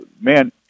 Man